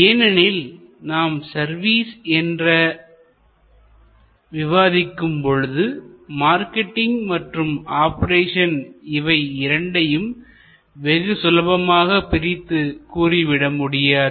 ஏனெனில் நாம் சர்வீசஸ் என்ற தலைப்பை பற்றி விவாதிக்கும் பொழுது மார்க்கெட்டிங் மற்றும் ஆப்ரேஷன் இவை இரண்டையும் வெகு சுலபமாக பிரித்து கூறிவிடமுடியாது